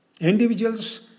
individuals